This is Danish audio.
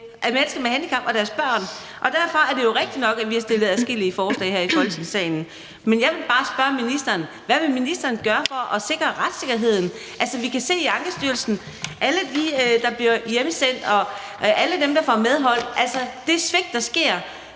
derfor har vi rigtignok stillet adskillige forslag her i Folketingssalen. Jeg vil bare spørge ministeren: Hvad vil ministeren gøre for at sikre retssikkerheden? Altså, vi kan se i Ankestyrelsen, hvor mange der bliver hjemsendt, og hvor mange der får medhold. Vi kan se det svigt, der sker.